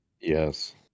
Yes